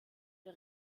der